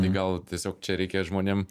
tai gal tiesiog čia reikia žmonėm